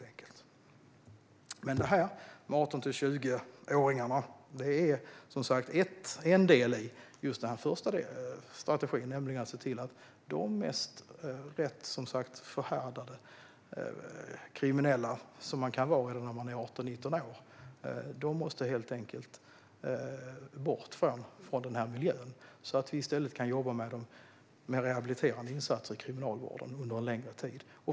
Frågan om 18-20-åringarna är en del i denna första strategi, nämligen att se till att de mest förhärdade kriminella - som man kan vara när man är 18-19 år - helt enkelt måste bort från denna miljö, så att vi i stället kan jobba med rehabiliterande insatser i kriminalvården under en längre tid.